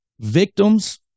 Victims